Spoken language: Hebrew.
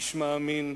איש מאמין,